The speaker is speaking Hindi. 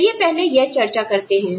चलिए पहले यह चर्चा करते हैं